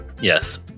Yes